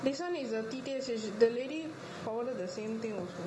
this one is the P_T_S the lady forwarded the same thing also